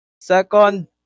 Second